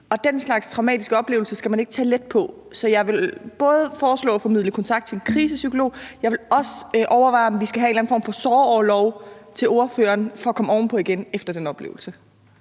Den slags traumatiske oplevelser skal man ikke tage let på. Så jeg vil både foreslå at formidle kontakt til en krisepsykolog, og jeg vil også overveje, om vi skal have en eller anden form for sorgorlov til ordføreren for at komme ovenpå igen efter den oplevelse.